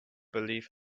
believe